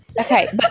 Okay